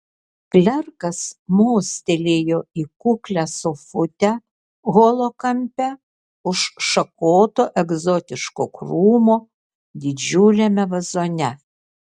klerkas mostelėjo į kuklią sofutę holo kampe už šakoto egzotiško krūmo didžiuliame vazone